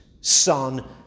son